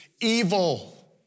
evil